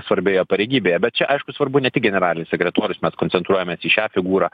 svarbioje pareigybėje bet čia aišku svarbu ne tik generalinis sekretorius mes koncentruojamės į šią figūrą